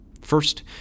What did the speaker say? First